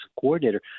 coordinator